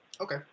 Okay